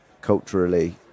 culturally